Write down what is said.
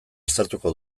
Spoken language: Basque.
aztertuko